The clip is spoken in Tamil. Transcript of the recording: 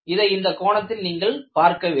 இதை இந்தக் கோணத்தில் நீங்கள் பார்க்கவேண்டும்